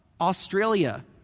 Australia